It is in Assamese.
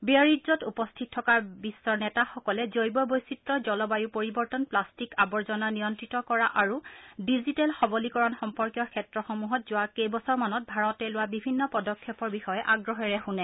বিয়াৰিটজত উপস্থিত থকা বিশ্বৰ নেতাসকলে জৈৱ বৈচিত্ৰ জলবায় পৰিৱৰ্তন প্লাট্টিক আৱৰ্জনা নিয়ন্ত্ৰিত কৰা আৰু ডিজিটেল সৱলীকৰণ সম্পৰ্ীয় ক্ষেত্ৰসমূহত যোৱা কেইবছৰমানত ভাৰতে লোৱা বিভিন্ন পদক্ষেপৰ বিষয়ে আগ্ৰহেৰে শুনে